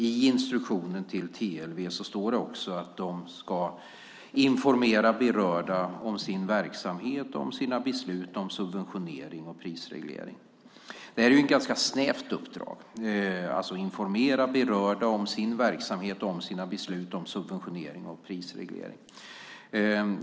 I instruktionen till TLV står det att man ska informera berörda om sin verksamhet och om sina beslut om subventionering och prisreglering. Detta är ett ganska snävt uppdrag, alltså att informera berörda om sin verksamhet och om sina beslut om subventionering och prisreglering.